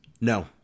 No